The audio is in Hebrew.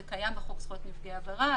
זה קיים בחוק זכויות נפגעי עברה,